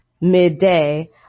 Midday